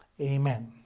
Amen